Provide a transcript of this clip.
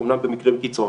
אומנם במקרי קיצון.